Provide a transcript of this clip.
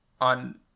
on